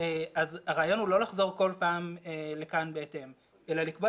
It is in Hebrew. אז הרעיון הוא לא לחזור כל פעם לכאן בהתאם אלא לקבוע